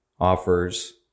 offers